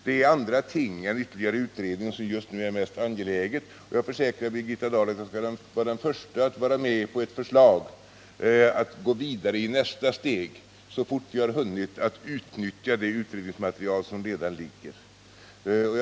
Det är andra ting än ytterligare utredningar som just nu är det mest angelägna, och jag försäkrar Birgitta Dahl att jag skall vara den förste att vara med på ett förslag att gå vidare så fort vi har hunnit att utnyttja det utredningsmaterial som redan ligger färdigt.